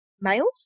males